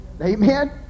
Amen